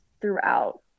throughout